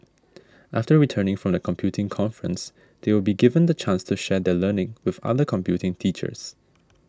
after returning from the computing conference they will be given the chance to share their learning with other computing teachers